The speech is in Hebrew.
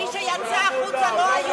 ומי שיצא החוצה לא היו העניים.